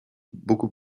beaucoup